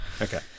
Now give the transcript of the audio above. okay